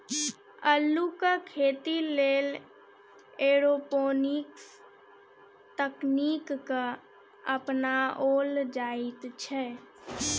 अल्लुक खेती लेल एरोपोनिक्स तकनीक अपनाओल जाइत छै